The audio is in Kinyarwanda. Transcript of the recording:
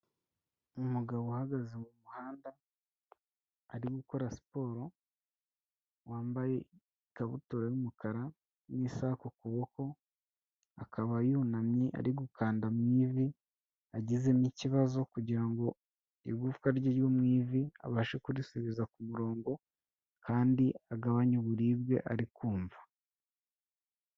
Umugabo uhagaze mu muhanda ari gukora siporo, wambaye ikabutura y'umukara n'isaha ku kuboko, akaba yunamye ari gukanda mu ivi agizemo ikibazo kugira ngo igufwa rye ryo mu ivi abashe kurisubiza ku murongo kandi agabanye uburibwe ari kumva.